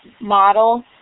model